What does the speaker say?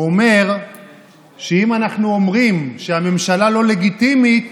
הוא אומר שאם אנחנו אומרים שהממשלה לא לגיטימית